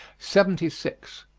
seventy six.